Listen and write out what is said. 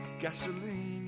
gasoline